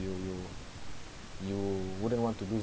you you you wouldn't want to do